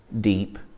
deep